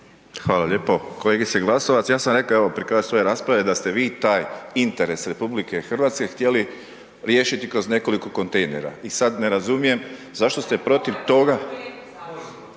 Hvala lijepo. Kolegice Glasovac, ja sam rekao, evo pri kraju svoje rasprave, da ste vi taj interes RH htjeli riješiti kroz nekoliko kontejnera i sada ne razumijem zašto ste protiv toga,